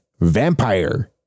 Vampire